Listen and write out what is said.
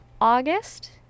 August